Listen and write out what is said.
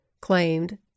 claimed